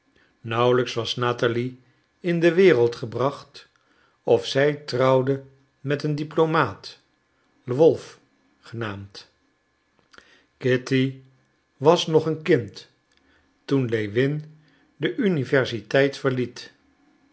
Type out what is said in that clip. nauwelijks was natalie in de wereld gebracht of zij trouwde met een diplomaat lwoff genaamd kitty was nog een kind toen lewin de universiteit verliet